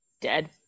dead